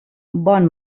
bon